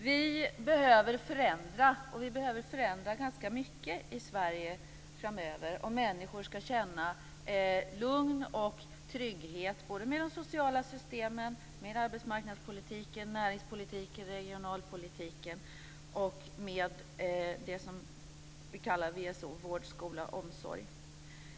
Fru talman! Vi behöver förändra, och vi behöver förändra ganska mycket i Sverige framöver om människor skall känna lugn och trygghet med de sociala systemen, med arbetsmarknadspolitiken, med näringspolitiken, med regionalpolitiken och med det som vi kallar VSO, vård, skola och omsorg.